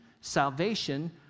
salvation